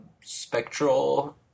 Spectral